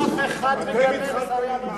אף אחד, פסיקת בג"ץ.